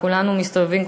כשכולנו כבר מסתובבים,